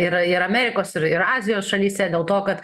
ir ir amerikos ir ir azijos šalyse dėl to kad